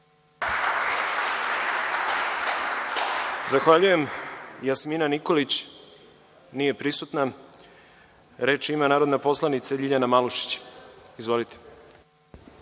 Zahvaljujem. Jasmina Nikolić nije prisutna. Reč ima narodna poslanica Ljiljana Malušić. Izvolite.